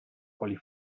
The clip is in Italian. quali